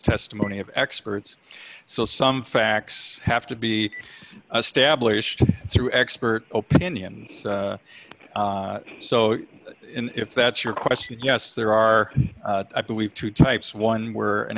testimony of experts so some facts have to be stablished through expert opinions so if that's your question yes there are i believe two types one where an